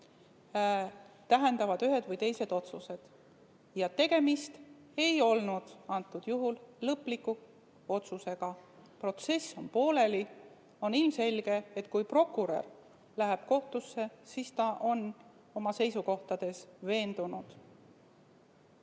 tähendavad ühed või teised otsused. Tegemist ei olnud antud juhul lõpliku otsusega, vaid protsess on pooleli. On ilmselge, et kui prokurör läheb kohtusse, siis ta on oma seisukohtades veendunud.